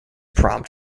prompt